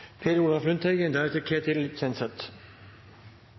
Per Olaf Lundteigen